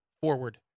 forward